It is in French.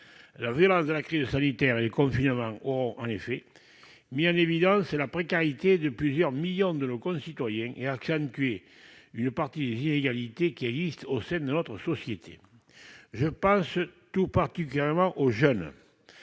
La violence de la crise sanitaire et le confinement auront en effet mis en évidence la précarité de plusieurs millions de nos concitoyens et accentué une partie des inégalités existant au sein de notre société. Je pense tout particulièrement aux jeunes,